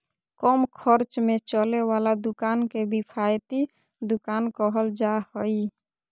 कम खर्च में चले वाला दुकान के किफायती दुकान कहल जा हइ